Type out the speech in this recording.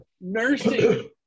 Nursing